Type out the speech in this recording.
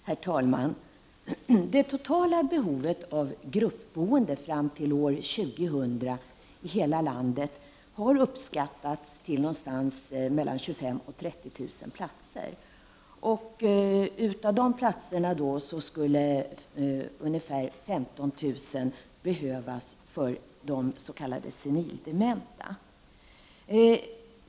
Herr talman! Det totala behovet av gruppboende i hela landet fram till år 2000 har uppskattats till mellan 25 000 och 30 000 platser. Av de platserna skulle ca 15 000 behövas för de s.k. senildementa.